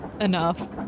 enough